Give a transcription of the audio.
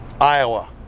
Iowa